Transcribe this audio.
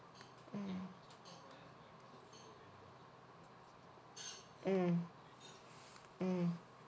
mm mm mm